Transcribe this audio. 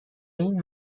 این